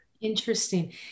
Interesting